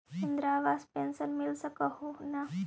Indira Awas pension मिल हको ने?